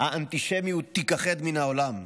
האנטישמיות תיכחד מן העולם,